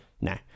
no